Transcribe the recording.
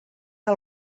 que